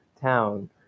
town